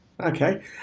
Okay